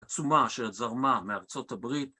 עצומה שזרמה מארצות הברית